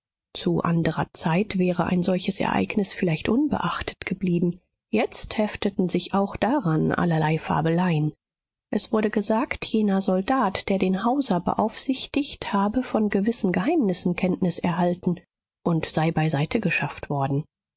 zu andrer zeit wäre ein solches ereignis vielleicht unbeachtet geblieben jetzt hefteten sich auch daran allerlei fabeleien es wurde gesagt jener soldat der den hauser beaufsichtigt habe von gewissen geheimnissen kenntnis erhalten und sei beiseitegeschafft worden